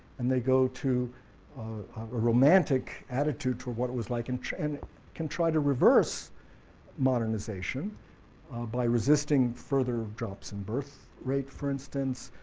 and they go to a romantic attitude to what it was like in and can try to reverse modernization by resisting further drops in birthrate, for instance,